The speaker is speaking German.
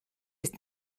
ist